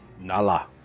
Nala